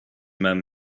men